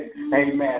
amen